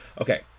okay